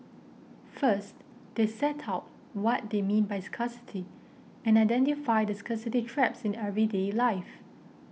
first they set out what they mean by scarcity and identify the scarcity traps in everyday life